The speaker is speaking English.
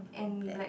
and black